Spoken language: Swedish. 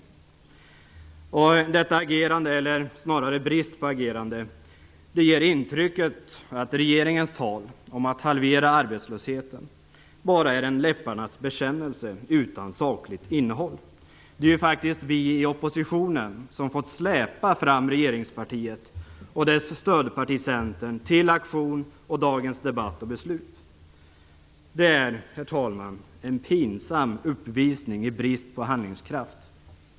Detta agerande - eller snarare denna brist på agerande - ger intrycket att regeringens tal om att halvera arbetslösheten bara är en läpparnas bekännelse utan sakligt innehåll. Det är faktiskt vi i oppositionen som fått släpa fram regeringspartiet och dess stödparti Centern till aktion och dagens debatt och beslut. Det är, herr talman, en pinsam uppvisning i brist på handlingskraft.